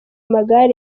magare